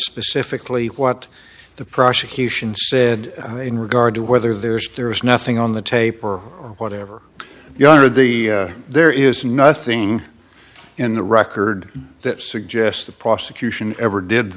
specifically what the prosecution said in regard to whether there's there was nothing on the tape or whatever your honor the there is nothing in the record that suggests the prosecution ever did